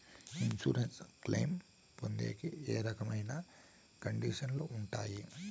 Insurance claim పొందేకి ఏ రకమైన కండిషన్లు ఉంటాయి?